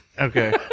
Okay